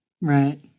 Right